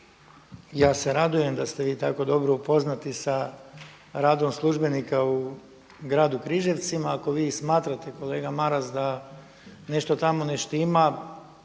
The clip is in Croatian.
Ja se radujem da ste vi tako dobro upoznati sa radom službenika u Gradu Križevcima. Ako vi smatrate kolega Maras ta nešto tamo ne štima,